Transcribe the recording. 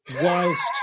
whilst